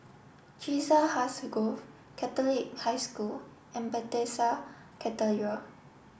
Chiselhurst Grove Catholic High School and Bethesda Cathedral